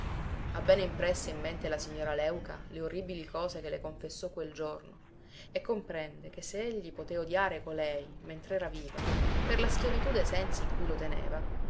ha bene impresse in mente la signora léuca le orribili cose che le confessò quel giorno e comprende che se egli poté odiare colei mentr'era viva per la schiavitù dei sensi in cui lo teneva